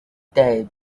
day